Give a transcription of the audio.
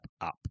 up